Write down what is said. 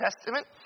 Testament